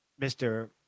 Mr